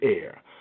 air